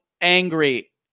angry